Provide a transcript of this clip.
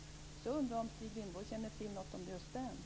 Jag undrar om Stig Ringborg känner till något om just den.